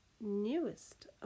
newest